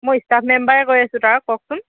মই ইষ্টাফ মেম্বাৰে কৈ আছো তাৰ কওকচোন